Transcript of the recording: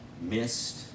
missed